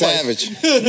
Savage